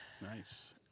Nice